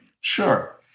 Sure